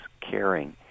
caring